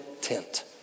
tent